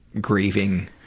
grieving